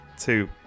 two